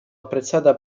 apprezzata